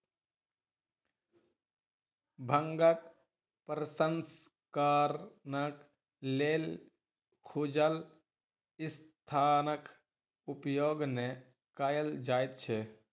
भांगक प्रसंस्करणक लेल खुजल स्थानक उपयोग नै कयल जाइत छै